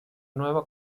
nueva